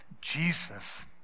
jesus